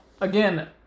again